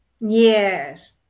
Yes